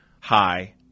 hi